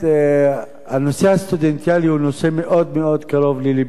הנושא הסטודנטיאלי הוא נושא מאוד מאוד קרוב ללבי.